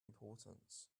importance